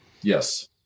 Yes